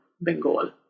Bengal